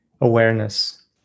awareness